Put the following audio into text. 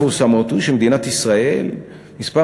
מן המפורסמות שבמדינת ישראל מספר